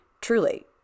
truly